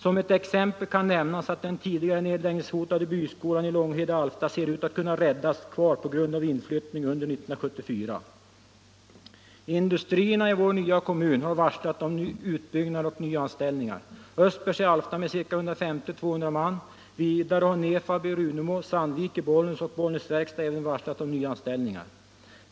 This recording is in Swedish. Som ett exempel kan nämnas att den tidigare nedläggningshotade byskolan i Långhed i Alfta ser ut att kunna räddas kvar på grund av inflyttning under 1974. Industrierna i vår nya kommun har varslat om utbyggnader och ny anställningar, Östbergs i Alfta med ca 150-200 man, vidare har Nefab i Runemo, Sandvik i Bollnäs och Bollnäs Verkstad även varslat om nyanställningar.